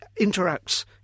interacts